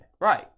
Right